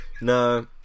No